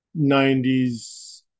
90s